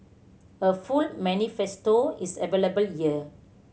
a full manifesto is available year